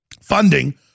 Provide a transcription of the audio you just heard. funding